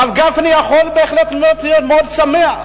הרב גפני יכול בהחלט להיות מאוד שמח.